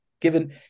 given